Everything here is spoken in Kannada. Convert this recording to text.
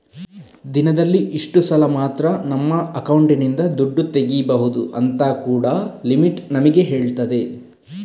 ದಿನದಲ್ಲಿ ಇಷ್ಟು ಸಲ ಮಾತ್ರ ನಮ್ಮ ಅಕೌಂಟಿನಿಂದ ದುಡ್ಡು ತೆಗೀಬಹುದು ಅಂತ ಕೂಡಾ ಲಿಮಿಟ್ ನಮಿಗೆ ಹೇಳ್ತದೆ